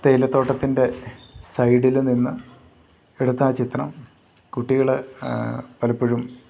തേയിലത്തോട്ടത്തിൻ്റെ സൈഡിൽ നിന്ന് എടുത്ത ആ ചിത്രം കുട്ടികൾ പലപ്പോഴും